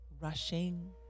rushing